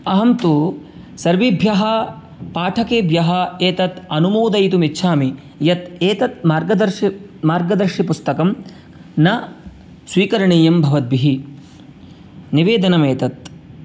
अहं तु सर्वेभ्यः पाठकेभ्यः एतद् अनुमोदयितुम् इच्छामि यत् एतत् मार्गदर्शि मार्गदर्शिपुस्तकं न स्वीकरणीयं भवद्भिः निवेदनम् एतत्